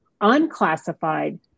unclassified